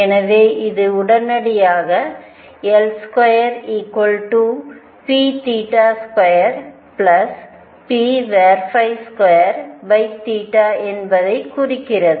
எனவே இது உடனடியாக L2p2p2 என்பதைக் குறிக்கிறது